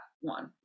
one